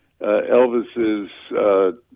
Elvis's